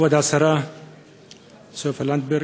כבוד השרה סופה לנדבר,